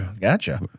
Gotcha